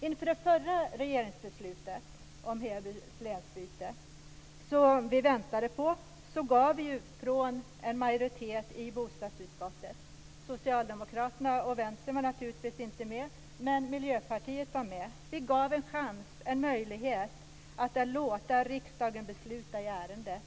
Inför det förra regeringsbeslutet om Hebys länsbyte gav en majoritet i bostadsutskottet - Socialdemokraterna och Vänstern var naturligtvis inte med, men Miljöpartiet var det - en möjlighet att låta riksdagen besluta i ärendet.